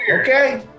Okay